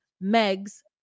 Meg's